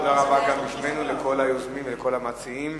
תודה רבה גם בשמנו לכל היוזמים ולכל המציעים.